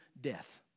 death